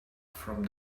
from